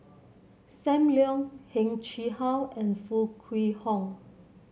Sam Leong Heng Chee How and Foo Kwee Horng